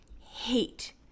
hate